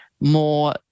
more